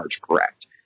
correct